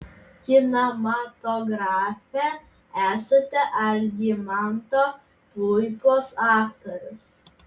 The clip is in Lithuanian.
kinematografe esate algimanto puipos aktorius